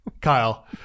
Kyle